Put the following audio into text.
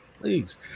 please